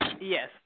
Yes